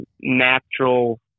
natural